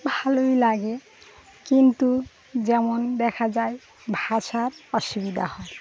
ভালোই লাগে কিন্তু যেমন দেখা যায় ভাষার অসুবিধা হয়